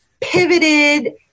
pivoted